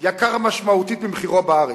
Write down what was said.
זול משמעותית ממחירו בארץ,